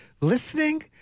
listening